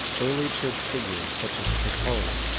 early church figures, such as tortullian,